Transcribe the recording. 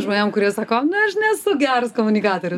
žmonėm kurie sako na aš nesu geras komunikatorius